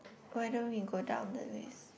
why don't we go down the list